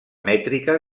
mètrica